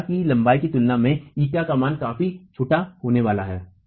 दीवार की लंबाई की तुलना में ईटा का मान काफी छोटा होने वाला है